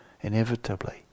inevitably